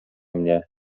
mnie